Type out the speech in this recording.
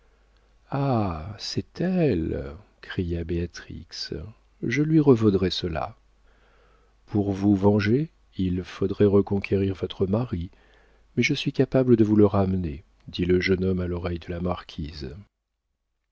ah c'est elle cria béatrix je lui revaudrai cela pour vous venger il faudrait reconquérir votre mari mais je suis capable de vous le ramener dit le jeune homme à l'oreille de la marquise